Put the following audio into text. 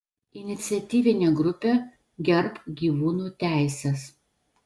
iniciatyvinė grupė gerbk gyvūnų teises